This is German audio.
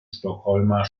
stockholmer